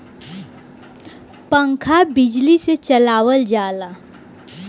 पंखा बिजली से चलावल जाला